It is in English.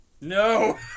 No